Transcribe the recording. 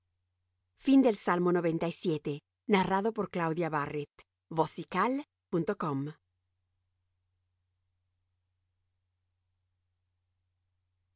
salmo de david